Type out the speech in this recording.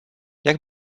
jak